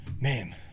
Man